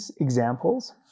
examples